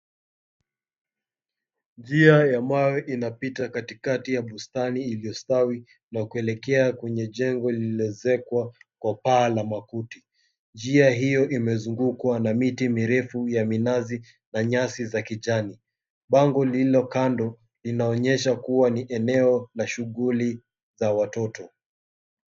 Njia ya mawe inapita katikati ya bustani iliyostawi na kuelekea kwenye jengo lililozekwa kwa paa la makuti, njia hiyo imezungukwa na miti mirefu ya minazi na nyasi za kijani, na bango lililo kando linaonyesha kuwa ni eneo la shughuli za watoto.